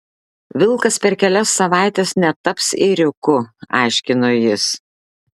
vilkas per kelias savaites netaps ėriuku aiškino jis